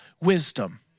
wisdom